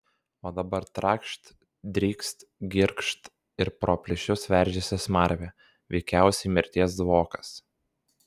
o dabar trakšt drykst girgžt ir pro plyšius veržiasi smarvė veikiausiai mirties dvokas